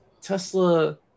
Tesla